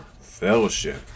fellowship